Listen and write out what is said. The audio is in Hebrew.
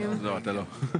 לא, אתה לא.